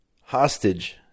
hostage